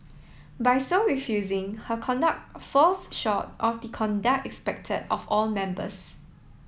by so refusing her conduct falls short of the conduct expected of all members